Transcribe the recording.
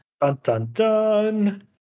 Dun-dun-dun